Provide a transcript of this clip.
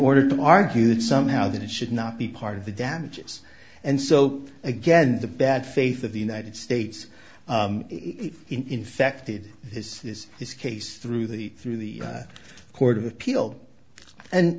order to market somehow that it should not be part of the damages and so again the bad faith of the united states infected is this this case through the through the court of appeal and